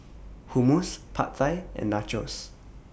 Hummus Pad Thai and Nachos